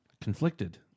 Conflicted